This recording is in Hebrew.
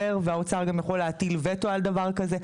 והאוצר גם יכול להטיל וטו על דבר כזה.